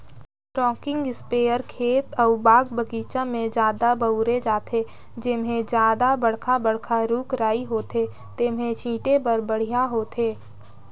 rocking इस्पेयर खेत अउ बाग बगीचा में जादा बउरे जाथे, जेम्हे जादा बड़खा बड़खा रूख राई होथे तेम्हे छीटे बर बड़िहा होथे